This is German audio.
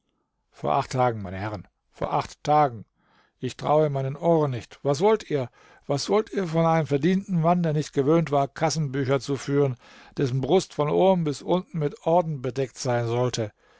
vor acht tagen meine herren vor acht tagen ich traue meinen ohren nicht was wollt ihr was wollt ihr von einem verdienten mann der nicht gewöhnt war kassenbücher zu führen dessen brust von oben bis unten mit orden bedeckt sein sollte